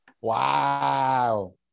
Wow